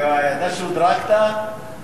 אתה שודרגת.